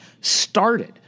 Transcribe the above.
started